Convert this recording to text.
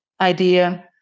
idea